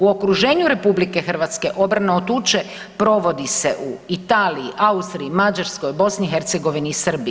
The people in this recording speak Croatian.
U okruženju RH obrana od tuče provodi se u Italiji, Austriji, Mađarskoj, BiH i Srbiji.